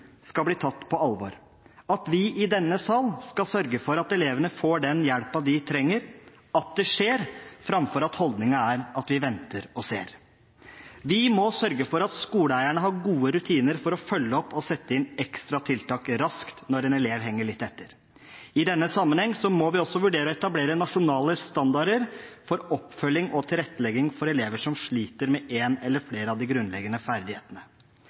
skal bli tatt på alvor – at vi i denne sal skal sørge for at elevene får den hjelpen de trenger, at det skjer, framfor at holdningen er at vi venter og ser. Vi må sørge for at skoleeierne har gode rutiner for å følge opp og sette inn ekstra tiltak raskt når en elev henger litt etter. I denne sammenheng må vi også vurdere å etablere nasjonale standarder for oppfølging av og tilrettelegging for elever som sliter med en eller flere av de grunnleggende ferdighetene